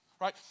right